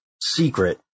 secret